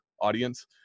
audience